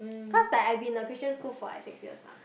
cause like I've been in a Christian school for like six years mah